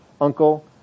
uncle